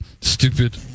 Stupid